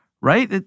right